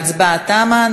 ההצבעה תמה.